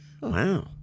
Wow